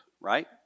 right